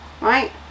Right